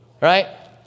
Right